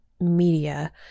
media